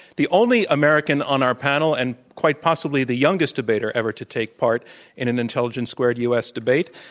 the only american on our panel and quite possibly the youngest debater ever to take part in an intelligence squared u. s. debate.